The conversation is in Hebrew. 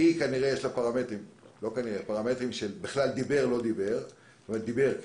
יש לה פרמטרים של דיבר או לא דיבר ומרחק.